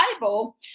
Bible